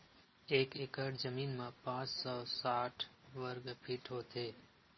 एक एकड़ जमीन मा पांच सौ साठ वर्ग फीट होथे